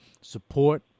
Support